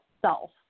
self